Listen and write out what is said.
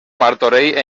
martorell